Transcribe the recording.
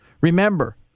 Remember